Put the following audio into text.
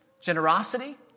generosity